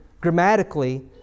grammatically